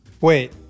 Wait